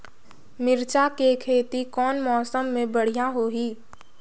मिरचा के खेती कौन मौसम मे बढ़िया होही?